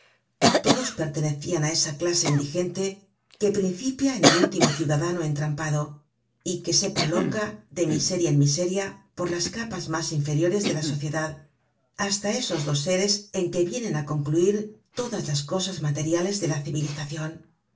todos pertenecian á esa clase indigente que principia en el último ciudadano entrampado y que se prolonga de miseria en miseria por las capas mas inferiores de la sociedad hasta esos dos seres en que vienen á concluir todas las cosas materiales de la civilizacion